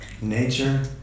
nature